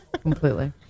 Completely